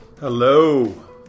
Hello